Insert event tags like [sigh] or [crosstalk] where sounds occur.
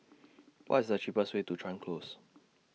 [noise] What's The cheapest Way to Chuan Close